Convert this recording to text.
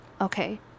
Okay